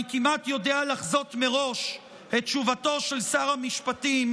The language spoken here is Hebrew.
אני כמעט יודע לחזות מראש את תשובתו של שר המשפטים,